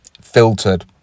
filtered